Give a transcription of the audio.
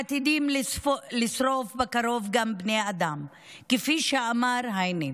עתידים לשרוף בקרוב גם בני אדם", כפי שאמר היינה,